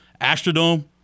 Astrodome